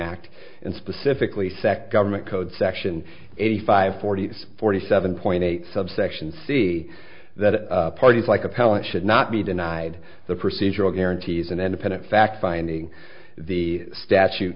act and specifically sec government code section eighty five forty s forty seven point eight subsection see that parties like appellant should not be denied the procedural guarantees an independent fact finding the statu